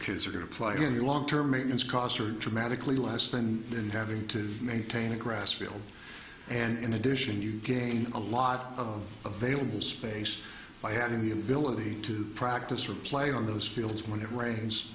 kids are going to play in the long term maintenance costs are dramatically less than in having to maintain a grass field and in addition you gain a lot of available space by having the ability to practice or play on those fields when it rains